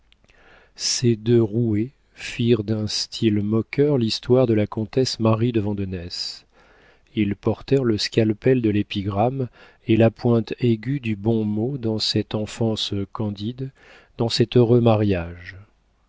ces deux roués firent d'un style moqueur l'histoire de la comtesse marie de vandenesse ils portèrent le scalpel de l'épigramme et la pointe aiguë du bon mot dans cette enfance candide dans cet heureux mariage